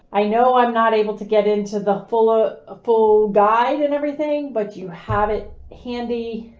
i know i'm not able to get into the full, ah ah full guide and everything, but you have it handy.